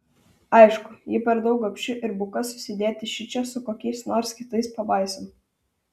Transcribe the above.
aišku ji per daug gobši ir buka susidėti šičia su kokiais nors kitais pabaisom